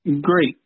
Great